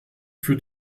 für